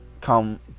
come